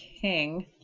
king